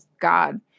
God